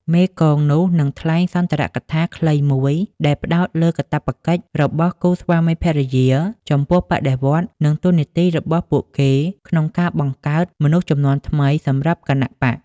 មេកងនោះនឹងថ្លែងសុន្ទរកថាខ្លីមួយដែលផ្តោតលើកាតព្វកិច្ចរបស់គូស្វាមីភរិយាចំពោះបដិវត្តន៍និងតួនាទីរបស់ពួកគេក្នុងការបង្កើតមនុស្សជំនាន់ថ្មីសម្រាប់គណបក្ស។